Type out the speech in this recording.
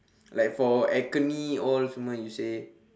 like for acne all semua you say